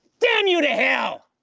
damn you to hell.